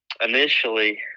initially